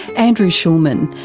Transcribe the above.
andrew schulman,